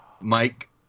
Mike